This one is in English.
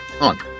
on